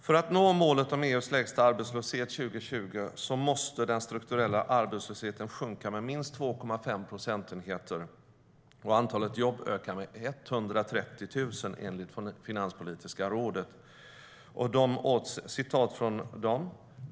För att nå målet om EU:s lägsta arbetslöshet 2020 måste den strukturella arbetslösheten sjunka med minst 2,5 procentenheter och antalet jobb öka med 130 000, enligt Finanspolitiska rådet.